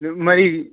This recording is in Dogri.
मरी